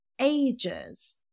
ages